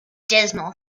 dismal